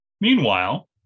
Meanwhile